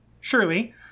Surely